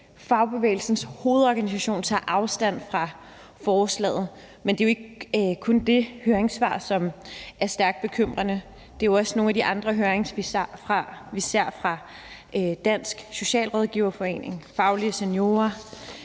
Fagbevægelsens Hovedorganisation tager afstand fra forslaget. Men det er jo ikke kun det høringssvar, som er stærkt bekymret; det er jo også nogle af de andre høringssvar, som vi ser fra Dansk Socialrådgiverforening, Faglige Seniorer,